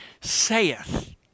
saith